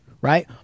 right